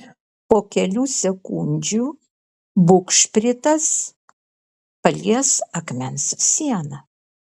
po kelių sekundžių bugšpritas palies akmens sieną